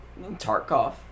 Tarkov